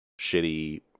shitty